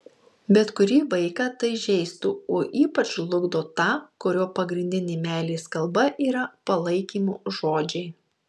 bet kurį vaiką tai žeistų o ypač žlugdo tą kurio pagrindinė meilės kalba yra palaikymo žodžiai